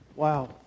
Wow